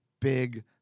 big